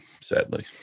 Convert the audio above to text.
sadly